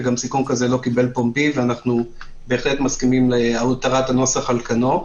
וגם סיכום כזה לא קיבל פומבי ואנחנו בהחלט מסכימים להותרת הנוסח על כנו.